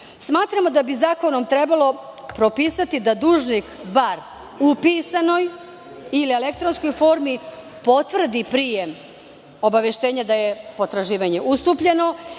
Smatramo da bi zakonom trebalo propisati da dužnik barem u pisanoj ili elektronskoj formi potvrdi prijem obaveštenja da je potraživanje ustupljeno